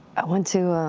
i went to.